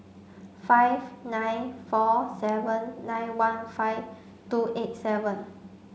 five nine four seven nine one five two eight seven